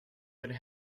would